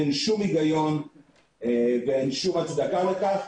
אין שום היגיון ושום הצדקה לכך,